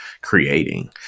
creating